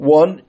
one